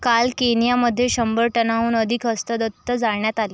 काल केनियामध्ये शंभर टनाहून अधिक हस्तदत्त जाळण्यात आले